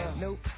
nope